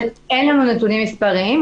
אין לנו נתונים מספריים,